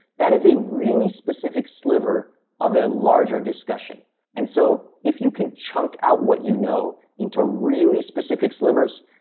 that is a really specific sliver of a larger discussion and so if you can chunk out what you know into really specific slivers,